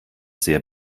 sehr